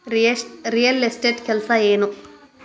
real estate ಕೆಲಸ ಏನು